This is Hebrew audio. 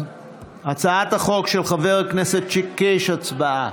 הצעת החוק של חבר הכנסת קיש, הצבעה.